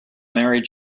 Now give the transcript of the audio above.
married